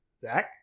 Zach